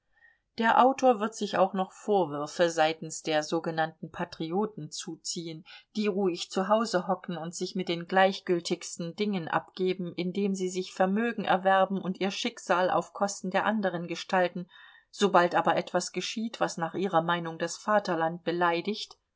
der autor wird sich auch noch vorwürfe seitens der sogenannten patrioten zuziehen die ruhig zu hause hocken und sich mit den gleichgültigsten dingen abgeben indem sie sich vermögen erwerben und ihr schicksal auf kosten der anderen gestalten sobald aber etwas geschieht was nach ihrer meinung das vaterland beleidigt